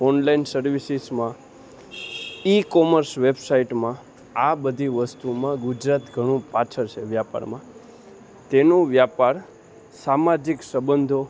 online સર્વિસીસમાં e commerce વેબસાઇડમાં આ બધી વસ્તુમાં ગુજરાત ઘણું પાછળ છે વ્યાપારમાં તેનું વ્યાપાર સામાજિક સબંધો